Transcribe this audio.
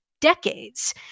decades